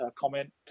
comment